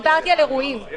דיברתי על אירועים